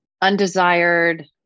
undesired